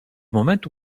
momentu